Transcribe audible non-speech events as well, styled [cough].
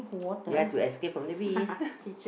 [noise] you have to escape from the bees [laughs]